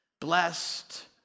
blessed